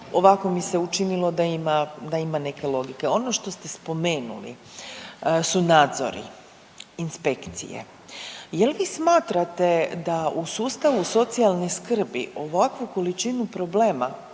Ovako mi se učinilo da ima neke logike. Ono što ste spomenuli su nadzori, inspekcije. Jel' vi smatrate da u sustavu socijalne skrbi ovakvu količinu problema